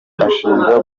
arashinjwa